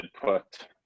put